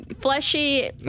fleshy